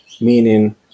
meaning